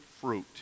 fruit